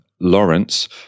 Lawrence